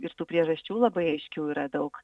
ir tų priežasčių labai aiškių yra daug